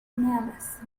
nervous